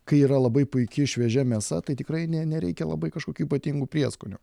kai yra labai puiki šviežia mėsa tai tikrai ne nereikia labai kažkokių ypatingų prieskonių